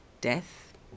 death